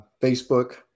Facebook